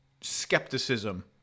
skepticism